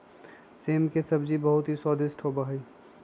सेम के सब्जी बहुत ही स्वादिष्ट होबा हई